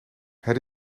het